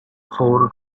four